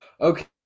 Okay